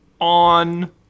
on